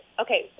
Okay